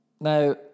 Now